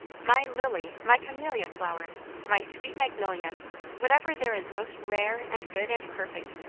my lily my camellia flower my sweet magnolia whatever there is most rare, and good, and perfect.